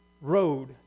road